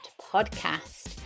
Podcast